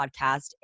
podcast